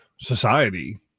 society